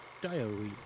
diary